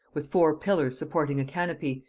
with four pillars supporting a canopy,